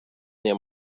nie